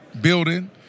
building